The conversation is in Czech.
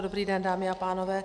Dobrý den, dámy a pánové.